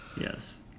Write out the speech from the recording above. Yes